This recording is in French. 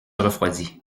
refroidit